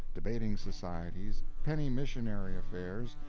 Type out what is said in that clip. debating societies, penny missionary affairs,